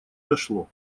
дошло